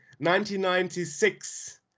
1996